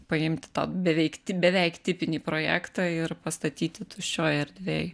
paimti tą beveik beveik tipinį projektą ir pastatyti tuščioj erdvėj